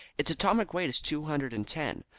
its atomic weight is two hundred and ten.